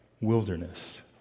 wilderness